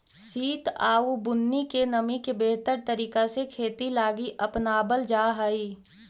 सित आउ बुन्नी के नमी के बेहतर तरीका से खेती लागी अपनाबल जा हई